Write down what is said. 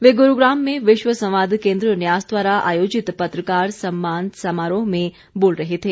वे गुरूग्राम में विश्व संवाद केन्द्र न्यास द्वारा आयोजित पत्रकार सम्मान समारोह में बोल रहे थे